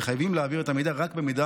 המחייבים להעביר את המידע רק במידה